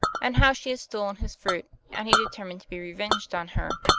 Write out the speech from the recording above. and how she had stolen his fruit, and he determined to be revenged on her.